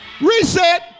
reset